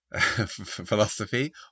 philosophy